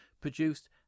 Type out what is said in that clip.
produced